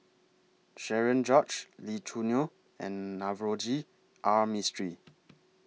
Cherian George Lee Choo Neo and Navroji R Mistri